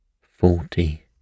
Forty